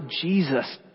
Jesus